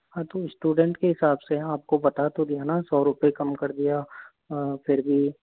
हाँ तो स्टूडेंट के हिसाब से हाँ आपको बता तो दिया न सौ रुपए कम कर दिया फिर भी